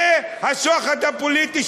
זה השוחד הפוליטי,